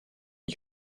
ich